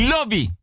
Lobby